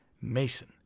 mason